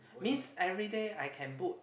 means every day I can book